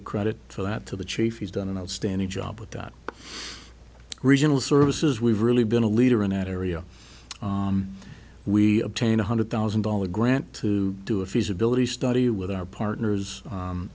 the credit for that to the chief has done an outstanding job with that regional services we've really been a leader in an area we obtain one hundred thousand dollars grant to do a feasibility study with our partners